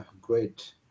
great